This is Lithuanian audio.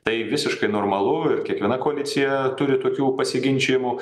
tai visiškai normalu ir kiekviena koalicija turi tokių pasiginčijimų